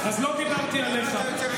אני הפעלתי את 7א, אז לא דיברתי עליך.